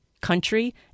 country